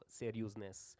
seriousness